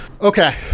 Okay